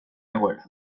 egoera